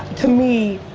to me,